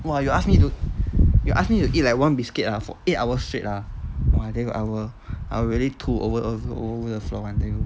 !wah! you ask me to you ask me to eat like one biscuit ah for eight hours straight ah !wah! then I will I will really 吐 over over the floor [one] I tell you